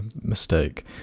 Mistake